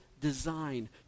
design